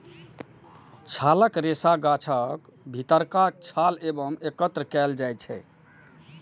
छालक रेशा गाछक भीतरका छाल सं एकत्र कैल जाइ छै